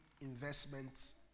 investments